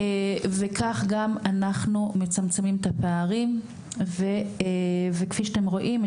וכך גם אנחנו מצמצמים את הפערים וכפי שאתם רואים,